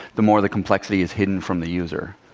the more the complexity is hidden from the user.